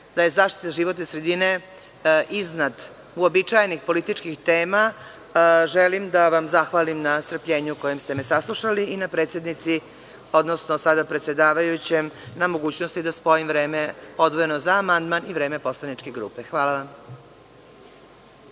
da je zaštita životne sredine iznad uobičajenih političkih tema, želim da vam zahvalim na strpljenju kojim ste me saslušali i predsednici, odnosno sada predsedavajućem, na mogućnosti da spojim vreme odvojeno za amandman i vreme poslaničke grupe. Hvala vam.